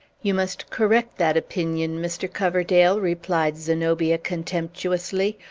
you must correct that opinion, mr. coverdale, replied zenobia contemptuously,